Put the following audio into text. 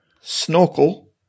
Snorkel